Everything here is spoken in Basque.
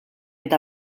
eta